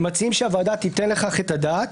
ומציעים שהוועדה תיתן עליהם את הדעת,